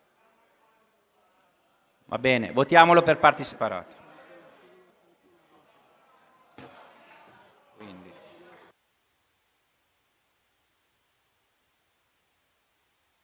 Va bene, votiamolo per parti separate.